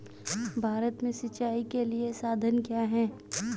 भारत में सिंचाई के साधन क्या है?